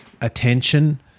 attention